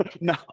No